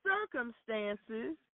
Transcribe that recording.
circumstances